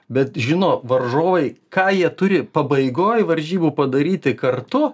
bet žino varžovai ką jie turi pabaigoj varžybų padaryti kartu